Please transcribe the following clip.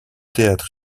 théâtre